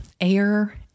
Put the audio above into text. air